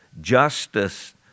Justice